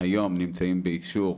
היום נמצאים באישור